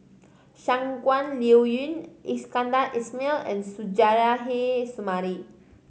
Shangguan Liuyun Iskandar Ismail and Suzairhe Sumari